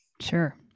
Sure